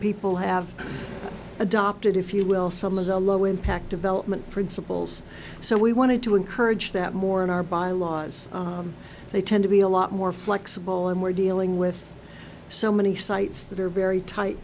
people have adopted if you will some of the low impact development principles so we wanted to encourage that more in our bylaws they tend to be a lot more flexible and we're dealing with so many sites that are very tight